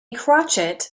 crotchet